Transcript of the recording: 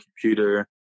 computer